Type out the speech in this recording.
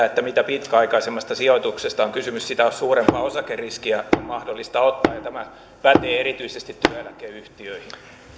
että mitä pitkäaikaisemmasta sijoituksesta on kysymys sitä suurempaa osakeriskiä on mahdollista ottaa ja tämä pätee erityisesti työeläkeyhtiöihin